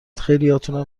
خیلیاتونم